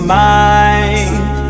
mind